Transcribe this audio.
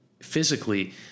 physically